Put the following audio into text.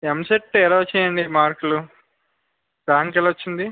ఎంసెట్ ఎలా వచ్చాయి అండి మార్కులు ర్యాంక్ ఎలా వచ్చింది